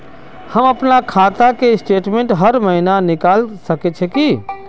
हम अपना खाता के स्टेटमेंट हर महीना निकल सके है की?